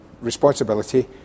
responsibility